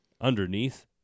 Underneath